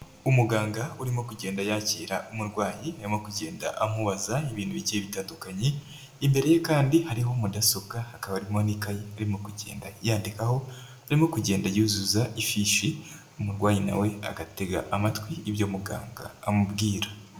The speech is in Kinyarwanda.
Umuganga urimo kugenda yakira umurwayi, arimo kugenda amubaza ibintu bigiye bitandukanye, imbere ye kandi hariho mudasobwa, hakaba harimo n'ikayi arimo kugenda yandikaho, arimo kugenda yuzuza ifishi, umurwayi nawe agatega amatwi ibyo muganga amubwira.